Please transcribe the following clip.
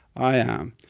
i am.